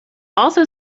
also